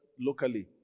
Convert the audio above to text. locally